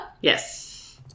Yes